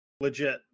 legit